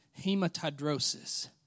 hematidrosis